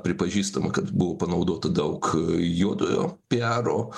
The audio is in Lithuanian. pripažįstama kad buvo panaudota daug juodojo piaro